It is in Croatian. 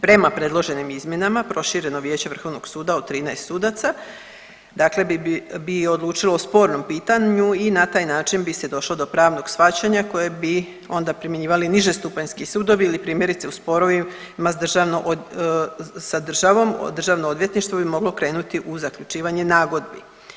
Prema predloženim izmjenama prošireno vijeće vrhovnog suda od 13 sudaca dakle bi odlučilo o spornom pitanju i na taj način bi se došlo do pravnog shvaćanja koje bi onda primjenjivali niže stupanjski sudovi ili primjerice u sporovima sa državom državno odvjetništvo bi moglo krenuti u zaključivanje nagodbi.